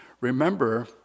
Remember